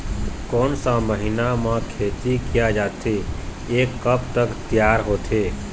कोन सा महीना मा खेती किया जाथे ये कब तक तियार होथे?